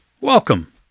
Welcome